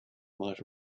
might